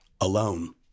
alone